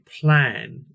plan